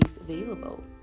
available